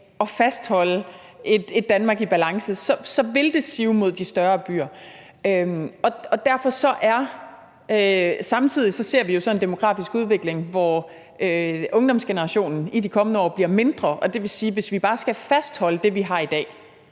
at fastholde et Danmark i balance, vil sive mod de større byer. Samtidig ser vi en demografisk udvikling, hvor ungdomsgenerationen i de kommende år bliver mindre, og det vil sige, at hvis vi bare skal fastholde det, vi har i dag,